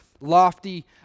lofty